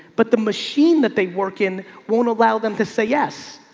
but the machine that they work in won't allow them to say yes.